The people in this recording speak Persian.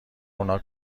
اونا